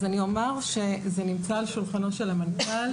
אז אני אומר שזה נמצא על שולחנו של המנכ"ל.